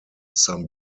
some